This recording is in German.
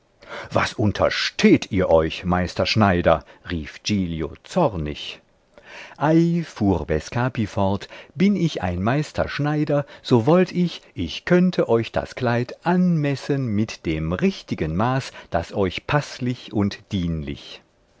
was untersteht ihr euch meister schneider rief giglio zornig ei fuhr bescapi fort bin ich ein meister schneider so wollt ich ich könnte euch das kleid anmessen mit dem richtigen maß das euch paßlich und dienlich